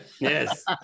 Yes